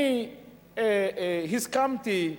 אני הסכמתי,